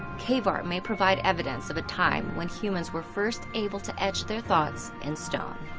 cave art may provide evidence of a time when humans were first able to etch their thoughts in stone.